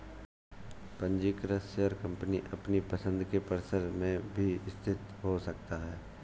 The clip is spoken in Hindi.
पंजीकृत शेयर कंपनी अपनी पसंद के परिसर में भी स्थित हो सकता है